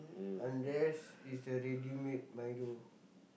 unless it's the ready-made Milo